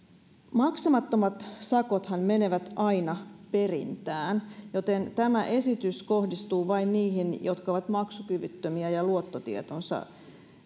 maksamattomat sakothan menevät aina perintään joten tämä esitys kohdistuu vain niihin jotka ovat maksukyvyttömiä ja luottotietonsa